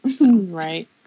Right